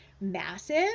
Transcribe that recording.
massive